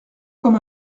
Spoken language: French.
comme